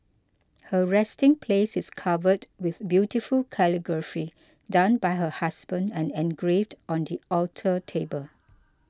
her resting place is covered with beautiful calligraphy done by her husband and engraved on the alter table